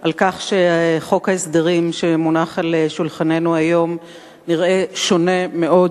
על כך שחוק ההסדרים שמונח על שולחננו היום נראה שונה מאוד